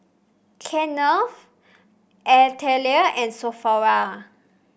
Kenan Latanya and Sophronia